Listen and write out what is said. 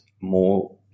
more